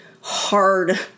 hard